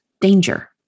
danger